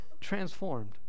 transformed